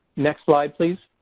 next slide please.